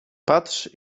patrz